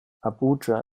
abuja